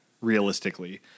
realistically